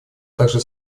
также